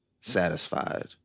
satisfied